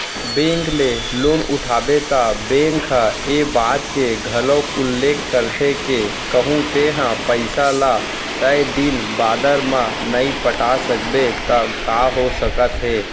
bank ले loan उठाबे त बेंक ह ए बात के घलोक उल्लेख करथे के कहूँ तेंहा पइसा ल तय दिन बादर म नइ पटा सकबे त का हो सकत हे